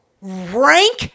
rank